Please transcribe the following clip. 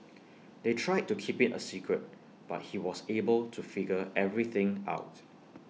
they tried to keep IT A secret but he was able to figure everything out